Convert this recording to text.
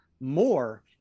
more